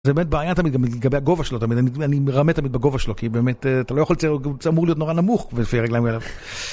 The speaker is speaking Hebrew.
זה באמת בעיה תמיד לגבי הגובה שלו, תמיד אני מרמה תמיד בגובה שלו כי באמת אתה לא יכול לצייר, זה אמור להיות נורא נמוך ולפי הרגליים האלה.